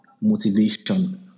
motivation